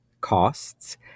costs